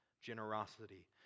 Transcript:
generosity